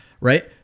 right